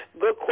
Good